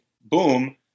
boom